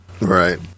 right